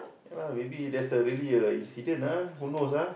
ya lah maybe there's a really a incident ah who knows ah